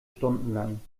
stundenlang